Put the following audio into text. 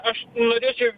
aš norėčiau